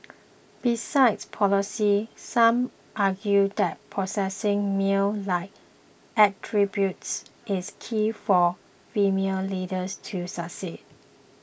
besides policies some argue that possessing male like attributes is key for female leaders to succeed